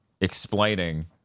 explaining